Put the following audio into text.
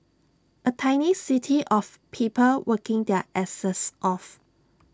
A tiny city of people working their asses off